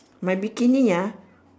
my bikini ah